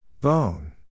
Bone